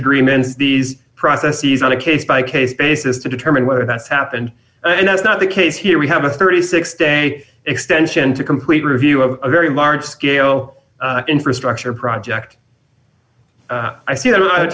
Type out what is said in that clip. agreements these processes on a case by case basis to determine whether that's happened and that's not the case here we have a thirty six day extension to complete review of a very large scale infrastructure project i see there on